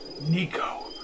Nico